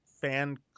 fan